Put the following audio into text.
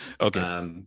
Okay